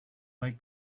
like